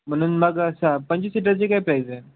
म्हणून मग असं पंचवीस सीटरची काय प्राईज आहे